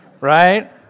right